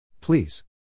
Please